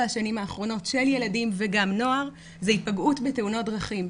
השנים האחרונות של ילדים וגם נוער זה היפגעות בתאונות דרכים.